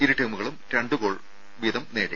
ഇരു ടീമുകളും രണ്ട് ഗോൾ വീതം നേടി